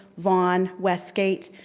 vaughan, west gate,